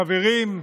חברים,